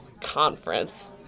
conference